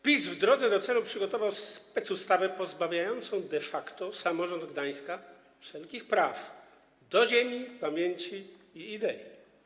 PiS w drodze do celu przygotował specustawę pozbawiającą de facto samorząd Gdańska wszelkich praw do ziemi, pamięci i idei.